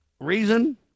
Reason